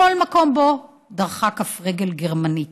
בכל מקום שבו דרכה כף רגל גרמנית.